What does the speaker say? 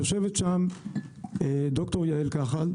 יושבת שם ד"ר יעל כחל,